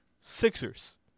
Sixers